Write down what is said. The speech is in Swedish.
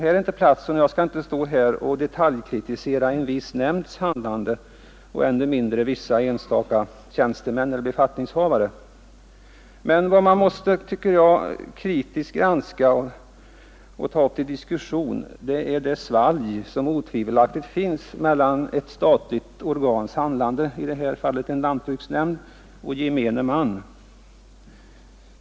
Här är inte platsen att detaljkritisera en viss nämnds handlande, och ännu mindre enstaka tjänstemän eller befattningshavare. Det skall jag heller inte göra. Men jag tycker att man måste kritiskt granska och ta upp till diskussion det svalg som otvivelaktigt finns mellan det statliga organets handlande, i detta fall lantbruksnämnden, och gemene man.